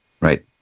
Right